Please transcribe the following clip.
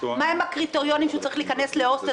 אתם לא מתואמים לגבי הקריטריונים לפיהם הוא צריך להיכנס להוסטל,